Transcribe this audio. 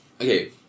okay